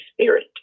Spirit